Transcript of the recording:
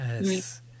Yes